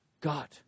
God